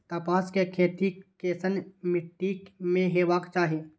कपास के खेती केसन मीट्टी में हेबाक चाही?